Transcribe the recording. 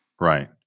Right